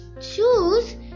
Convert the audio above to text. Shoes